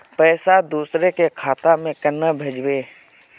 पैसा दूसरे के खाता में केना भेजबे?